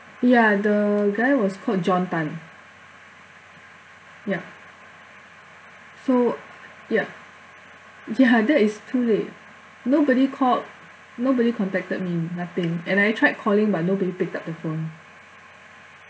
ya the guy was called john tan ya so ya ya that is too late nobody called nobody contacted me nothing and I tried calling but nobody picked up the phone